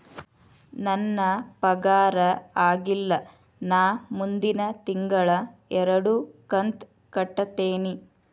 ನನ್ನ ಪಗಾರ ಆಗಿಲ್ಲ ನಾ ಮುಂದಿನ ತಿಂಗಳ ಎರಡು ಕಂತ್ ಕಟ್ಟತೇನಿ